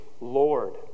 Lord